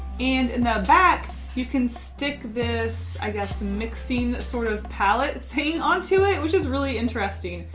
and in the back you can stick this, i guess, mixing sort of palette thing on to it, which is really interesting.